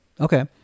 Okay